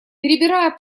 перебирая